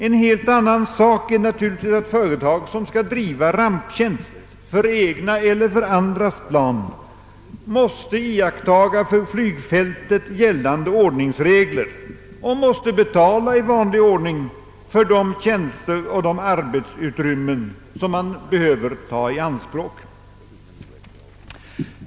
En helt annan sak är naturligtvis att de företag som skall driva ramptjänst för egna eller andras plan måste iaktta för flygfältet gällande ordningsregler och i vanlig ordning betala för tjänster och arbetsutrymmen som behöver tas i anspråk.